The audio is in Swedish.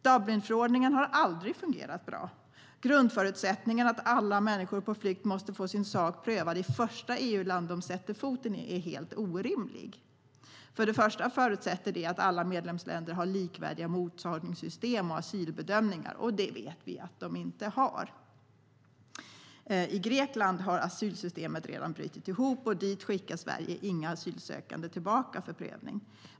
Dublinförordningen har aldrig fungerat bra. Grundförutsättningen att alla människor på flykt måste få sin sak prövad i det första EU-land de sätter foten i är helt orimlig. Det förutsätter att alla medlemsländer har likvärdiga mottagningssystem och asylbedömningar, och det vet vi att de inte har. I Grekland har asylsystemet redan brutit ihop, och Sverige skickar inga asylsökande tillbaka dit för prövning.